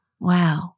Wow